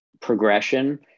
progression